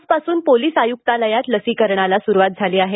आजपासून पोलीस आयुक्तालयात लसीकरणाला सुरुवात झाली आहे